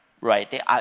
right